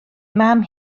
mam